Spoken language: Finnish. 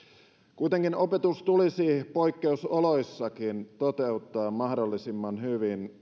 kuitenkin opetus tulisi poikkeusoloissakin toteuttaa mahdollisimman hyvin